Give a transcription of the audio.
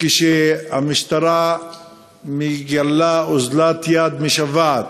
והמשטרה מגלה אוזלת יד משוועת.